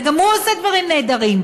וגם הוא עושה דברים נהדרים,